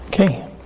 Okay